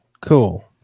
Cool